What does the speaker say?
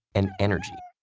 and energy.